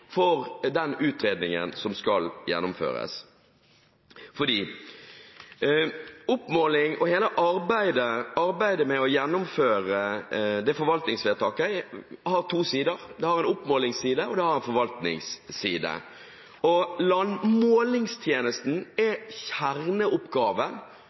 for den utredningen som skal gjennomføres, fordi oppmåling og hele arbeidet med å gjennomføre forvaltningsvedtaket har to sider. Det har en oppmålingsside, og det har en forvaltningsside. Landmålingstjenesten